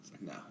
No